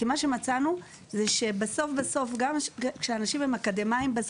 כי מצאנו שגם כאשר אנשים הם אקדמאים,